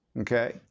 Okay